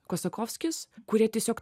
kosakovskis kurie tiesiog